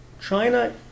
China